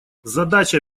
задача